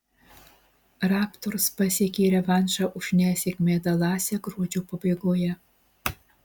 raptors pasiekė revanšą už nesėkmę dalase gruodžio pabaigoje